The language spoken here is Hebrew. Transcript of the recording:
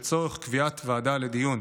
לצורך קביעת ועדה לדיון.